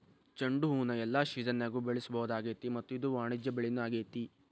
ಚಂಡುಹೂನ ಎಲ್ಲಾ ಸಿಜನ್ಯಾಗು ಬೆಳಿಸಬಹುದಾಗೇತಿ ಮತ್ತ ಇದು ವಾಣಿಜ್ಯ ಬೆಳಿನೂ ಆಗೇತಿ